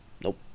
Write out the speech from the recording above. Nope